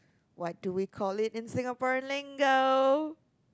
what do we call it in Singaporean lingo